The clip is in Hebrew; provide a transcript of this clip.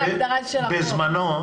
בזמנו,